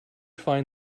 find